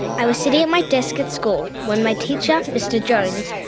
i was sitting at my desk at school when my teacher, mr jones,